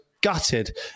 gutted